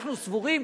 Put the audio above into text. אנחנו סבורים,